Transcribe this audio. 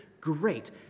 Great